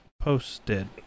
posted